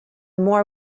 more